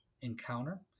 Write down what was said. encounter